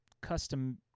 custom